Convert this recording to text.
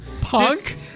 punk